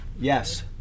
Yes